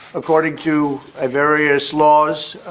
according to ah various laws,